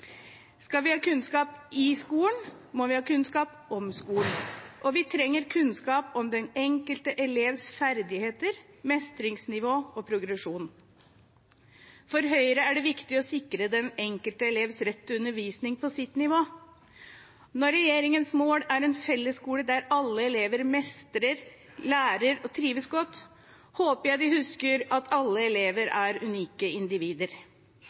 Skal vi ha kunnskap i skolen, må vi ha kunnskap om skolen, og vi trenger kunnskap om den enkelte elevs ferdigheter, mestringsnivå og progresjon. For Høyre er det viktig å sikre den enkelte elevs rett til undervisning på sitt nivå. Når regjeringens mål er en fellesskole der alle elever mestrer, lærer og trives godt, håper jeg de husker at alle elever er unike individer.